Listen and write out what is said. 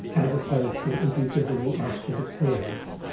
as opposed to if you give them the actual experience.